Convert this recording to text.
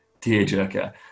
tearjerker